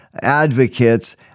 advocates